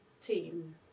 team